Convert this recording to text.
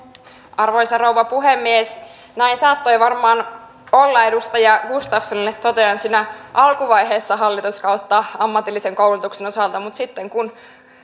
arvoisa rouva puhemies näin saattoi varmaan olla edustaja gustafssonille totean siinä alkuvaiheessa hallituskautta ammatillisen koulutuksen osalta mutta sitten kun